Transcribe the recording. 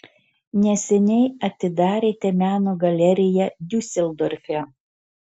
neseniai atidarėte meno galeriją diuseldorfe